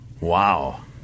Wow